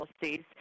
policies